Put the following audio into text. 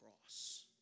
cross